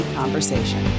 conversation